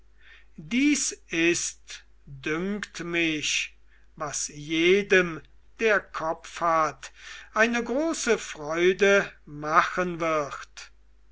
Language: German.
dies ist dünkt mich was jedem der kopf hat eine große freude machen wird